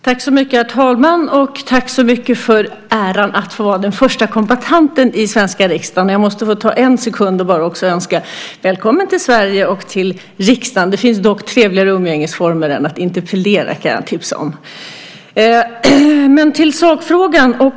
Herr talman! Tack så mycket för äran att få vara den nye utrikesministerns första kombattant i den svenska riksdagen. Jag måste få ta en sekund för att få önska välkommen till Sverige och till riksdagen. Det finns dock trevligare umgängesformer än att interpellera - det kan jag tipsa om. Jag går nu över till sakfrågan.